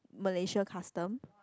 Malaysia custom